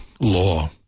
law